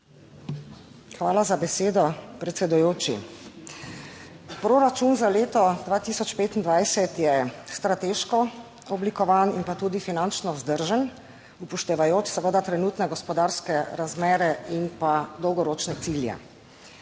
Hvala za besedo predsedujoči. Proračun za leto 2025 je strateško oblikovan in pa tudi finančno vzdržen, upoštevajoč seveda trenutne gospodarske razmere in pa dolgoročne cilje.